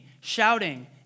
shouting